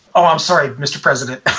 um i'm sorry, mr. president.